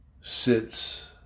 sits